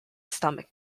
stomach